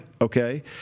Okay